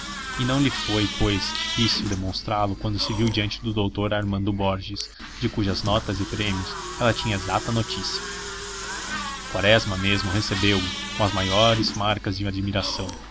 e não lhe foi pois difícil demonstrá lo quando se viu diante do doutor armando borges de cujas notas e prêmios ela tinha exata notícia quaresma mesmo recebeu-o com as maiores marcas de admiração